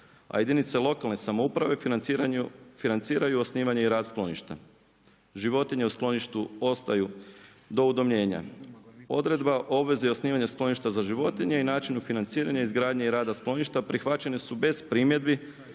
a jedinice lokalne samouprave financiraju i osnivaju rad skloništa. Životinje u skloništu ostaju do udomljenja. Odredba o obvezi osnivanja skloništa za životinje i načinu financiranja izgradnje i rada skloništa prihvaćene su bez primjedbi